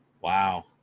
Wow